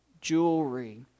jewelry